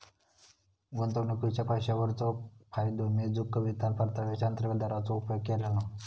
गुंतवलेल्या पैशावरचो फायदो मेजूक कवितान परताव्याचा अंतर्गत दराचो उपयोग केल्यान